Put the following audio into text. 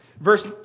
Verse